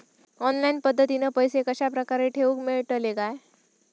Online पद्धतीन पैसे कश्या प्रकारे ठेऊक मेळतले काय?